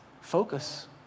Focus